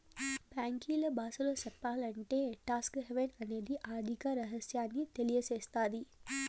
బ్యాంకీల బాసలో సెప్పాలంటే టాక్స్ హావెన్ అనేది ఆర్థిక రహస్యాన్ని తెలియసేత్తది